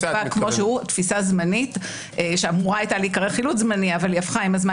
כלומר תפיסה זמנית שהיתה אמורה להיקרא חילוט זמני אבל הפכה להיות עם הזמן